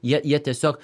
jie jie tiesiog